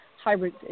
hybrid